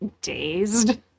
dazed